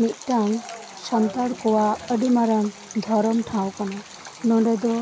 ᱢᱤᱴᱟᱝ ᱥᱟᱱᱛᱟᱲ ᱠᱚᱣᱟᱜ ᱟᱹᱰᱤ ᱢᱟᱨᱟᱝ ᱫᱷᱚᱠᱨᱚᱢ ᱴᱷᱟᱶ ᱠᱟᱱᱟ ᱱᱚᱰᱮ ᱫᱚ